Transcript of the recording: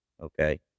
okay